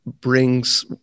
brings